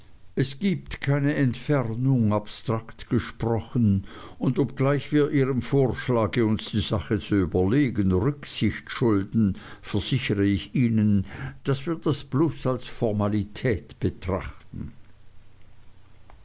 es gibt keine entfernung abstrakt gesprochen und obgleich wir ihrem vorschlage uns die sache zu überlegen rücksicht schulden versichere ich ihnen daß wir das bloß als formalität betrachten